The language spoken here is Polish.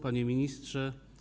Panie Ministrze!